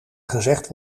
gezegd